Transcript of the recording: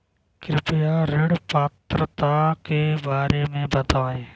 कृपया ऋण पात्रता के बारे में बताएँ?